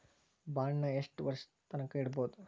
ಬಾಂಡನ್ನ ಯೆಷ್ಟ್ ವರ್ಷದ್ ತನ್ಕಾ ಇಡ್ಬೊದು?